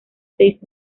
seis